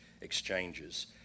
exchanges